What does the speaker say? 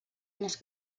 les